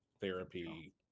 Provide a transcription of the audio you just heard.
therapy